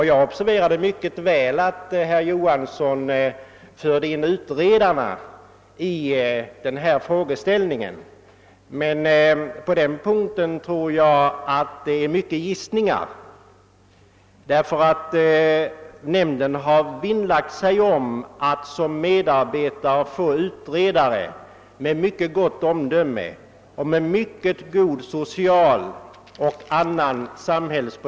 Jag observerade mycket väl att herr Johansson i Skärstad tog upp frågan om utredarna i detta sammanhang, men jag tror att han därvidlag i stor utsträckning rör sig med gissningar. Nämnden har nämligen vinnlagt sig om att som medarbetare få utredare med gott omdöme och med erfarenhet från social verksamhet.